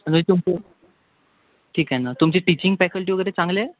हे तुमचे ठीक आहे ना तुमची टीचिंग फॅकल्टी वगैरे चांगली आहे